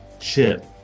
chip